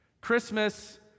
Christmas